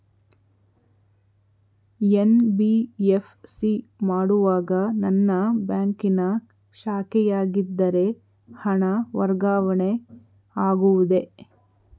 NBFC ಮಾಡುವಾಗ ನನ್ನ ಬ್ಯಾಂಕಿನ ಶಾಖೆಯಾಗಿದ್ದರೆ ಹಣ ವರ್ಗಾವಣೆ ಆಗುವುದೇ?